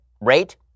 rate